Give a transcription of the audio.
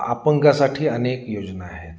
अपंगासाठी अनेक योजना आहेत